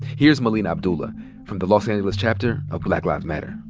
here's melina abdullah from the los angeles chapter of black lives matter.